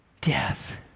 Death